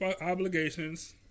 obligations